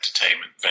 entertainment